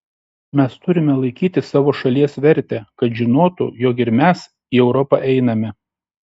mes turime laikyti savo šalies vertę kad žinotų jog ir mes į europą einame